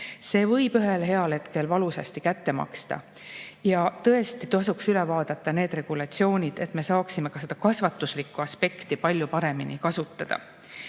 võib ühel heal hetkel valusasti kätte maksta. Tõesti tasuks üle vaadata need regulatsioonid, et me saaksime seda kasvatuslikku aspekti palju paremini kasutada. Aga